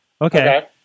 Okay